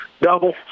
double